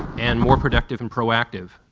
and more productive and proactive,